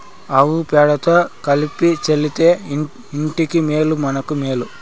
ఆవు పేడతో కళ్లాపి చల్లితే ఇంటికి మేలు మనకు మేలు